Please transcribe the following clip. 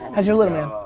how's your little man?